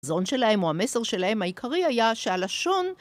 חזון שלהם או המסר שלהם העיקרי היה שהלשון